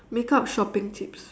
makeup shopping tips